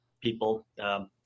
people